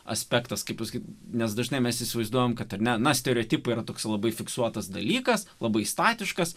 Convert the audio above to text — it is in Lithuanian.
aspektas kaip pasakyti nes dažnai mes įsivaizduojame kad ar ne nuo stereotipų yra toks labai fiksuotas dalykas labai statiškas